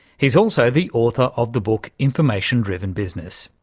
he's also the author of the book information driven business.